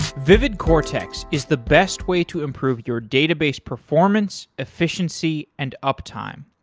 vivid cortex is the best way to improve your database performance, efficiency and uptime.